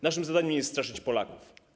Naszym zadaniem nie jest straszyć Polaków.